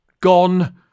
gone